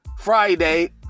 Friday